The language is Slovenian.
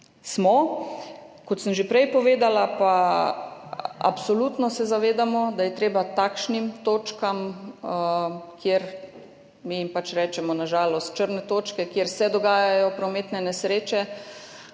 Kot sem že prej povedala, se pa absolutno zavedamo, da je treba takšne točke – mi jim rečemo, na žalost, črne točke, kjer se dogajajo prometne nesreče,